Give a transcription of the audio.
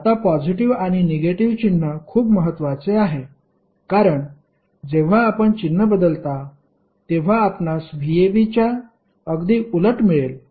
आता पॉजिटीव्ह आणि निगेटिव्ह चिन्ह खूप महत्वाचे आहे कारण जेव्हा आपण चिन्ह बदलता तेव्हा आपणास vab च्या अगदी उलट मिळेल